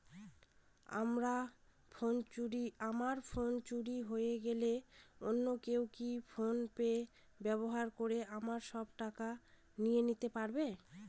আমার ফোন চুরি হয়ে গেলে অন্য কেউ কি ফোন পে ব্যবহার করে আমার সব টাকা নিয়ে নিতে পারবে?